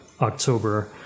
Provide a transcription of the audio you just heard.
October